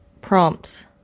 prompts